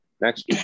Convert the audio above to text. Next